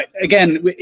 again